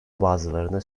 bazılarına